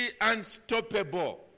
unstoppable